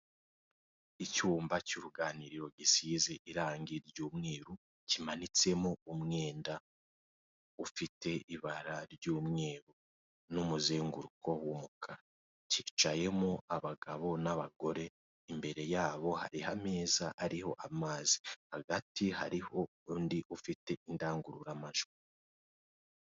Icyumba cy'uruganiriro gisizi irangi ry'umweru kimanitsemo umwenda ufite ibara ry'umweru n'umuzenguruko w'umukara cyicayemo abagabo, n'abagore imbere yabo hari ameza ariho amazi hagati hariho undi ufite indangururamajwi.